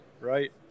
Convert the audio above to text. right